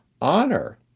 honor